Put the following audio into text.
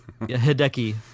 Hideki